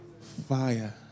Fire